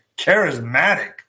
charismatic